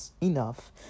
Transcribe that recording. enough